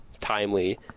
timely